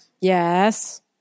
Yes